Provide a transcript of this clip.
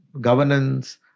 governance